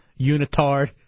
unitard